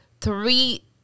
three